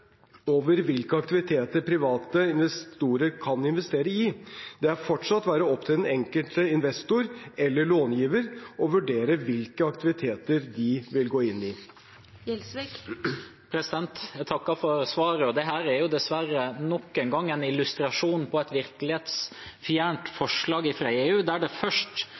over hvilke aktiviteter private investorer kan investere i. Det vil fortsatt være opp til den enkelte investor eller långiver å vurdere hvilke aktiviteter de vil gå inn i. Jeg takker for svaret. Dette er dessverre nok en gang en illustrasjon på et virkelighetsfjernt forslag fra EU, der det først